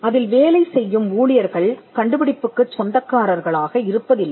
அதில் வேலை செய்யும் ஊழியர்கள் கண்டுபிடிப்புக்குச் சொந்தக்காரர்கள் ஆக இருப்பதில்லை